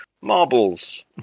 Marbles